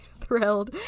thrilled